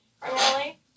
primarily